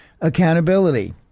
accountability